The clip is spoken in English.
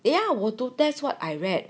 ya we're to test what I read